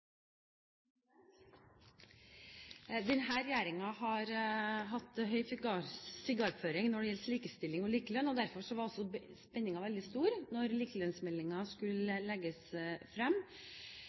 den typen arbeid som det her er snakk om. Denne regjeringen har hatt høy sigarføring når det gjelder likestilling og likelønn. Derfor var også spenningen veldig stor da likelønnsmeldingen skulle